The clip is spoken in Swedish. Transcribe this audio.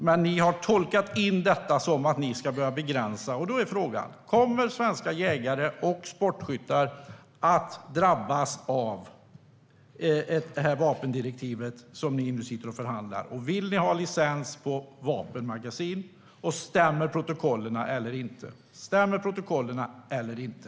Men ni har tolkat in en begränsning i detta. Kommer svenska jägare och sportskyttar att drabbas av vapendirektivet som ni nu förhandlar om? Vill ni införa licenskrav på vapenmagasin? Stämmer protokollen eller inte?